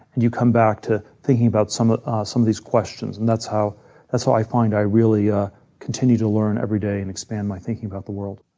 you come back to thinking about some ah some of these questions, and that's how that's how i find i really ah continue to learn every day and expand my thinking about the world.